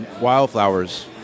Wildflowers